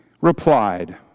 replied